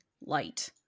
light